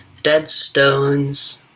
dead stones,